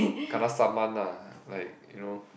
kena summon lah like you know